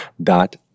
dot